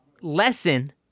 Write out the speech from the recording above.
lesson